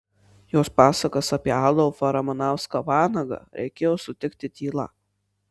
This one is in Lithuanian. jos pasakas apie adolfą ramanauską vanagą reikėjo sutikti tyla